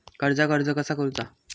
कर्जाक अर्ज कसा करुचा?